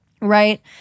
right